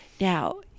Now